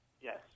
Yes